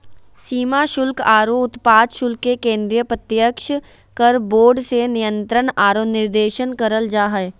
सीमा शुल्क आरो उत्पाद शुल्क के केंद्रीय प्रत्यक्ष कर बोर्ड से नियंत्रण आरो निर्देशन करल जा हय